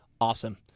Awesome